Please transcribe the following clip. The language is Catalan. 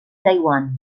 taiwan